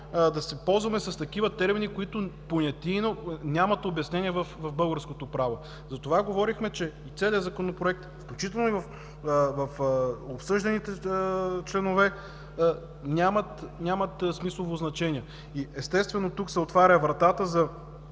да се ползваме с такива термини, но нямат обяснения в българското право. Затова говорихме, че целият Законопроект, включително в обсъжданите членове, нямат смислово значение. И естествено тук се отваря вратата за